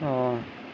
اوہ